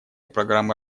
программы